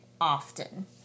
often